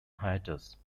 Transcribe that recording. hiatus